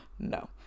No